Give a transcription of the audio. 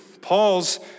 Paul's